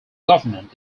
government